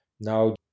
now